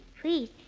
please